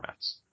formats